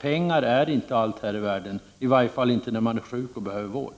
Pengar är inte allt här i världen, i varje fall inte när man är sjuk och behöver vård.